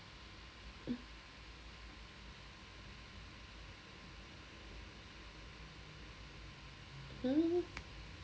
hmm